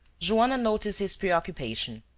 joanna noticed his preoccupation.